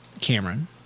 Cameron